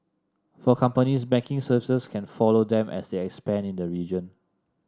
for companies banking services can follow them as they expand in the region